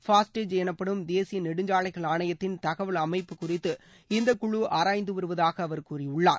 ஃபாஸ்ட்டேஜ் எனப்படும் தேசிய நெடுஞ்சாலைகள் ஆணையத்தின் தகவல் அமைப்பு குறித்து இந்த குழு ஆராய்ந்து வருவதாக அவர் கூறியுள்ளார்